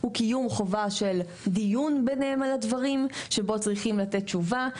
היא קיום חובה של דיון ביניהם על הדברים שבו צריכה להינתן תשובה,